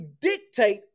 dictate